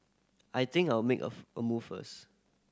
I think I'll make a a move first